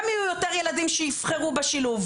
וגם יהיו לנו יותר ילדים שיבחרו בשילוב.